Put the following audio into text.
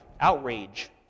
outrage